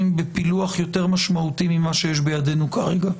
בפילוח יותר משמעותי ממה שיש בידינו כרגע,